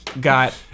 got